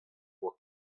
boa